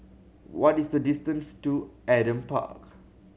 what is the distance to Adam Park